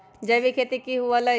जैविक खेती की हुआ लाई?